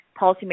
policymakers